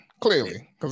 clearly